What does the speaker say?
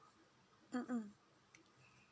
mm mm